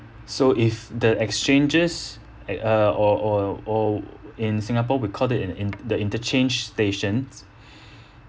so if the exchanges at uh or or or in singapore we called it in~ the interchange stations